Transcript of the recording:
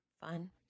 fun